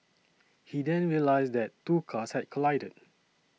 he then realised that two cars had collided